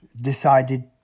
decided